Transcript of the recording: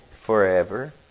forever